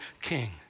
king